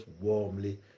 warmly